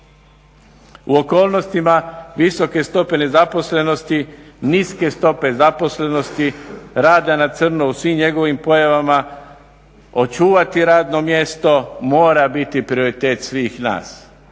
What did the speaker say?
U okolnostima visoke stope nezaposlenosti, niske stope zaposlenosti, rada na crno u svim njegovim pojavama očuvati radno mjesto mora biti prioritet svih nas